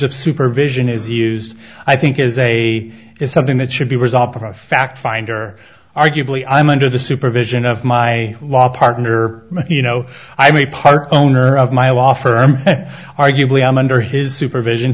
of supervision is used i think is a is something that should be resolved the fact finder arguably i'm under the supervision of my law partner you know i'm a part owner of my law firm arguably i'm under his supervision